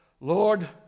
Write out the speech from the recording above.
Lord